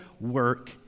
work